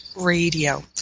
radio